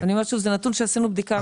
אני אומרת שוב, זה נתון שעשינו בדיקה מהירה.